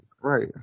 right